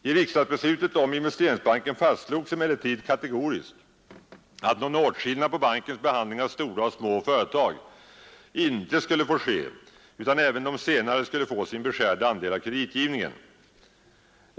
I riksdagsbeslutet om Investeringsbanken fastslogs emellertid kategoriskt, att någon åtskillnad på bankens behandling av stora och små företag inte skulle få ske, utan även de senare skulle få sin beskärda andel av kreditgivningen.